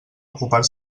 ocupar